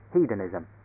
hedonism